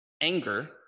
anger